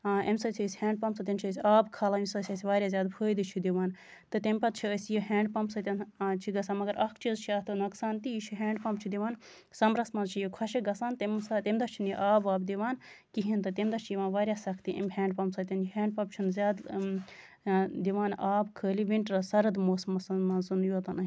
اَمہِ سۭتۍ چھِ أسۍ ہینڈ پَمپ سۭتۍ سۭتۍ چھِ أسۍ آب کھالان یُس اَسہ واریاہ زیادٕ فٲیدٕ چھُ دِوان تہٕ تَمہِ پَتہٕ چھِ أسۍ یہِ ہینڈ پَمپ سۭتۍ چھِ گژھان مَگر اکھ چیٖز چھُ اَتھ نۄقصان تہِ یہِ چھُ ہینڈ پَمپ چھُ دِوان سَمرَس منٛز چھُ یہِ خۄشٕکۍ گژھان تَمہِ ساتہٕ تَمہِ دۄہ چھُنہٕ یہِ آب واب دِوان کِہیٖنۍ تہِ تَمہِ دۄہ چھِ یِوان واریاہ سَختی اَمہِ ہینڈ پَمپ سۭتۍ یہِ ہینڈ پَمپ چھُنہٕ زیادٕ دِوان آب خٲلی وِنٹرَس سَرٕد موسمَس منٛز یوتَنہِ